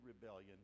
rebellion